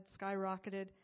skyrocketed